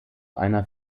einer